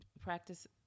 practice